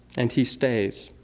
and he stays.